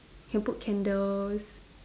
can put candles